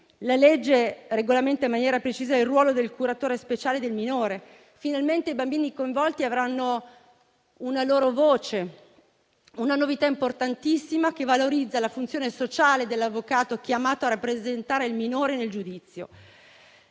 la legge regolamenta in maniera precisa il ruolo del curatore speciale del minore. Finalmente i bambini coinvolti avranno una loro voce: è una novità importantissima, che valorizza la funzione sociale dell'avvocato chiamato a rappresentare il minore nel giudizio.